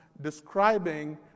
describing